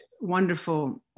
wonderful